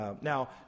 Now